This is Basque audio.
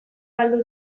galdu